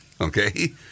okay